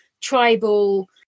tribal